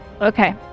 Okay